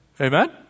Amen